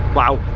wow!